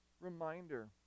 reminder